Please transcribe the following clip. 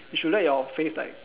you should let your face like